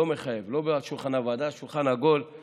לא מחייב, לא בשולחן הוועדה, שולחן עגול עם